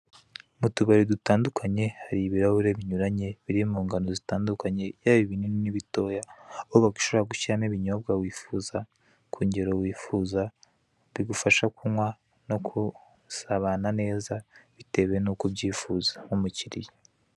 Mu tubari dutandukanye hari ibirahuri binyuranye biri mu ingano zitandukanye, yaba ibinini n'ibitoya, aho ushobora gushyiramo ibinyobwa wifuza, ku ngero wifuza, bigufasha kunywa no gusabana neza bitewe n'uko ubyifuza nk'umukiliya.